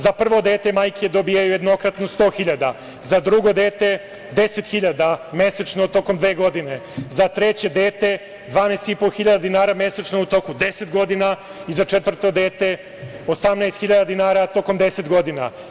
Za prvo dete majke dobijaju jednokratno 100.000, za drugo dete 10.000 mesečno tokom dve godine, za treće dete 12.500 dinara mesečno u toku 10 godina i za četvrto dete 18.000 dinara tokom 10 godina.